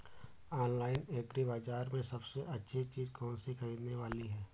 Online agri बाजार में सबसे अच्छी चीज कौन सी ख़रीदने वाली है?